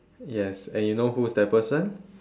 yes and you know who is that person